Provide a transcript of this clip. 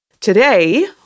Today